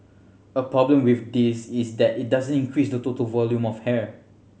a problem with this is that it doesn't increase the total volume of hair